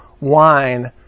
wine